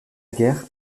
guerre